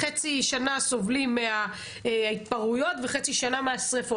חצי שנה סובלים מההתפרעויות וחצי שנה מהשריפות.